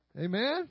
Amen